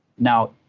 now,